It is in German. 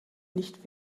nicht